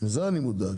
מזה אני מודאג.